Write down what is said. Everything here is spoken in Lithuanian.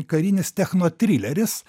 karinis technotrileris